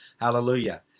hallelujah